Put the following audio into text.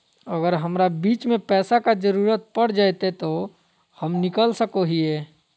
अगर हमरा बीच में पैसे का जरूरत पड़ जयते तो हम निकल सको हीये